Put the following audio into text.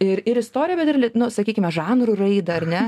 ir ir istoriją bet ir nu sakykime žanrų raidą ar ne